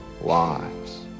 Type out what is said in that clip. lives